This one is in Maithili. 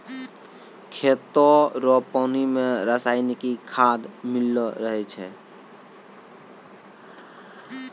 खेतो रो पानी मे रसायनिकी खाद मिल्लो रहै छै